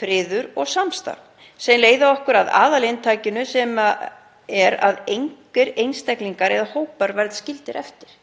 friður og samstarf, sem leiða okkur að aðalinntakinu sem er að engir einstaklingar eða hópar verði skildir eftir.